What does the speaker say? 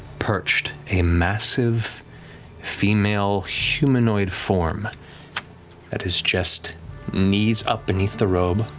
perched, a massive female humanoid form that has just knees up beneath the robe,